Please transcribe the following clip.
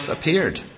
appeared